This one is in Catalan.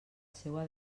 seua